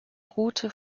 ruhte